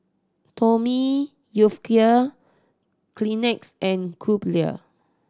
Tommy Hilfiger Kleenex and Crumpler